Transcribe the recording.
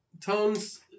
Tones